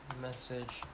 message